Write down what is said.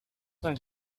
zijn